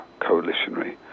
coalitionary